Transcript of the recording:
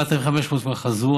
7,500 כבר חזרו.